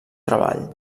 treball